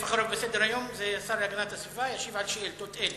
בסדר-היום, השר להגנת הסביבה ישיב על שאילתות.